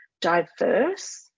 diverse